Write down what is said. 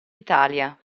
italia